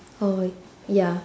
oh ya